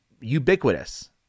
ubiquitous